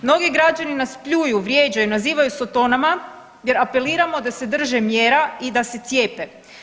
Mnogi građani nas pljuju, vrijeđaju, nazivaju sotonama, jer apeliramo da se drže mjera i da se cijepe.